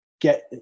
get